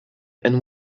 and